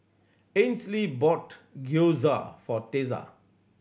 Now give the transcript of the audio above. Ainsley bought Gyoza for Tessa